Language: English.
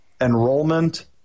enrollment